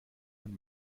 man